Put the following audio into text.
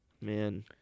Man